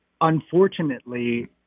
unfortunately